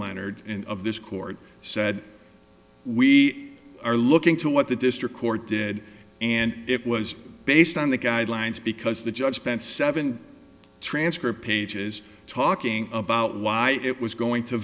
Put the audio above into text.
leonard of this court said we are looking to what the district court did and it was based on the guidelines because the judge spent seven transcript pages talking about why it was going to